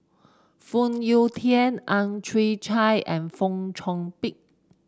Phoon Yew Tien Ang Chwee Chai and Fong Chong Pik